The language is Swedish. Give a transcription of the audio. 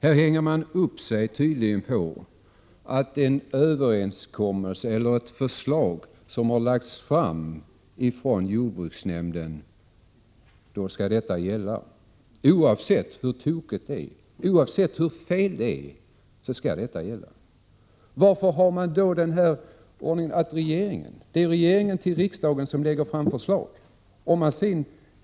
Här hänger man upp sig på att om ett förslag har lagts fram ifrån jordbruksnämnden då skall detta gälla oavsett hur tokigt det är eller hur fel det är. Varför har man då den ordningen att det är regeringen som lägger fram förslag för riksdagen?